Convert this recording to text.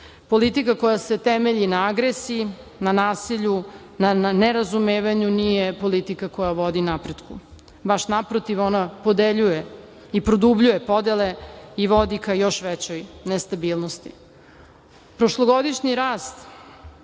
Politika koja se temelji na agresiji, na nasilju, na nerazumevanju nije politika koja vodi napretku, baš naprotiv ona podeljuje i produbljuje podele i vodi ka još većoj nestabilnosti. Prošlogodišnji